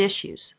issues